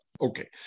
Okay